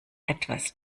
etwas